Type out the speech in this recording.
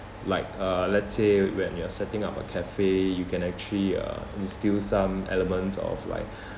like uh let's say when you're setting up a cafe you can actually uh instill some elements of like